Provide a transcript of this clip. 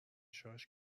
شاش